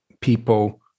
people